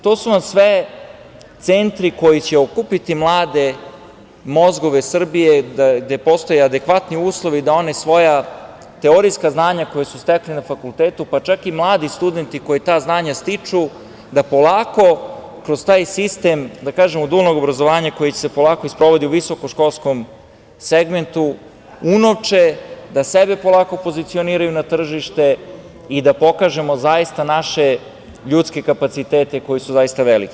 To su vam sve centri koji će okupiti mlade mozgove Srbije gde postoje adekvatni uslovi da oni svoja teorijska znanja koja su stekli na fakultetu, pa čak i mladi studenti koji ta znanja stiču, da polako kroz taj sistem, da kažem, dualnog obrazovanja koji će se polako sprovoditi u visoko školskom segmentu unovče, da sebe polako pozicioniraju na tržište i da pokažemo zaista naše ljudske kapacitete koji su zaista veliki.